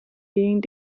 being